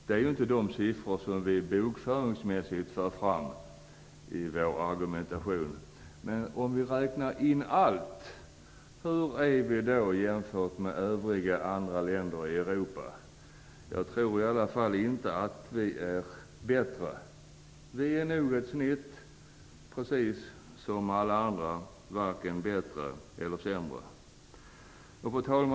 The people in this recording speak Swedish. Den motsvarar inte de siffror som vi bokföringsmässigt för fram i vår argumentation. Om vi räknar in allt, hur dricker vi då jämfört med andra länder i Europa? Jag tror i alla fall inte att vi är bättre. Vi är nog precis som alla andra, varken bättre eller sämre. Fru talman!